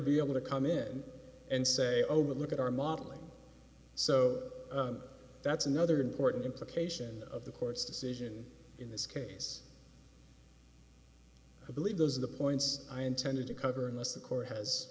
be able to come in and say oh look at our modeling so that's another important implication of the court's decision in this case i believe those are the points i intended to cover unless the court has